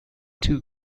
two